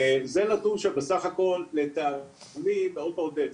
וזה נתון שבסך הכל, לטעמי, מאוד מעודד.